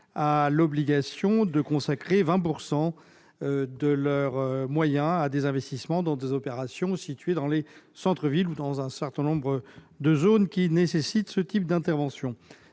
à l'obligation de consacrer 20 % de leurs moyens à des investissements dans des opérations situées dans les centres-villes ou dans un certain nombre de zones qui nécessitent ce type d'interventions.